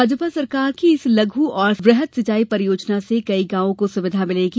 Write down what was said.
भाजपा सरकार की इस लघु एवं वृहद सिंचाई परियोजना से कई गांवों को सुविधा मिलेगी